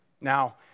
Now